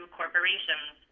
corporations